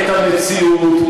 את המציאות,